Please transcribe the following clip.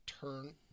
turn